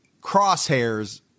crosshairs